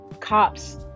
cops